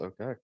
Okay